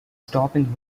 stopping